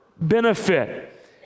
benefit